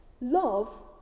love